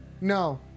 no